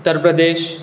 Uttar Pradesh